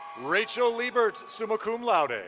rachel liebert, summa cum laude. and